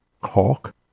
Cork